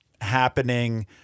happening